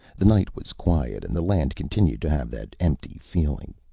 the night was quiet and the land continued to have that empty feeling.